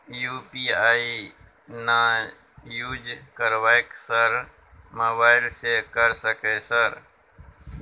UPI ना use करवाएं sir mobile से कर सके सर?